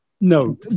No